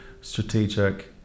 strategic